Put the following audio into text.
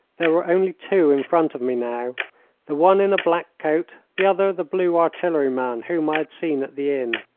there were only two in front of me now the one in a black coat, the other the blue artilleryman whom i had seen at the inn.